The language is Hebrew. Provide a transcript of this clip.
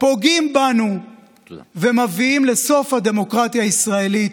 פוגעים בנו ומביאים לסוף הדמוקרטיה הישראלית.